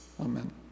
Amen